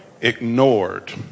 ignored